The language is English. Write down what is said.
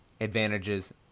advantages